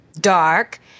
dark